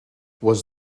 was